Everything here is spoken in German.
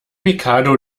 mikado